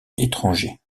étrangers